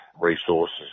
resources